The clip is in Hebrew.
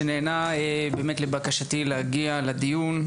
שנענה באמת לבקשתי להגיע לדיון,